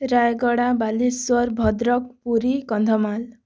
Rayagada Baleswar Bhadrak Puri Kandhamal